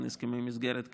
הסכמי מסגרת כאלה,